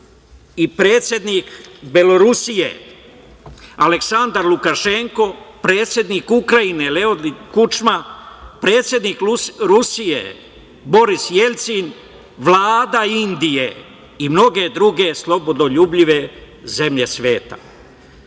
i predsednik Belorusije Aleksandar Lukašenko, predsednik Ukrajine Leonid Kučma, predsednik Rusije Boris Jeljcin, Vlada Indije i mnoge druge slobodoljubive zemlje sveta.